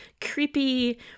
creepy